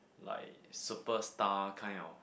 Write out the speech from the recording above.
like superstar kind of